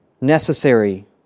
necessary